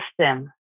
system